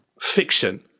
fiction